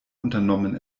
unternommen